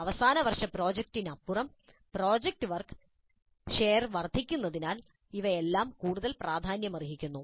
അവസാനവർഷ പ്രോജക്റ്റിനപ്പുറം project work share വർദ്ധിക്കുന്നതിനാൽ ഇവയെല്ലാം കൂടുതൽ പ്രാധാന്യമർഹിക്കുന്നു